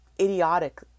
idiotic